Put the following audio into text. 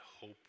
hope